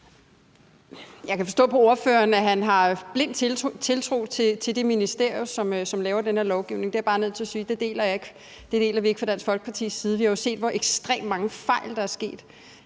Jeg kan forstå på ordføreren, at han har blind tiltro til det ministerie, som laver den her lovgivning. Det er jeg bare nødt til at sige at jeg ikke deler. Det deler vi ikke fra Dansk Folkepartis side. Vi har jo set, hvor ekstremt mange fejl der er sket.